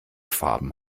farben